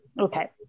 Okay